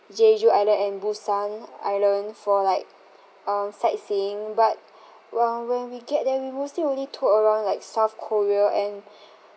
jeju island and busan island for like uh sightseeing but uh when we get there we mostly only toured around like south korea and